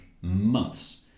months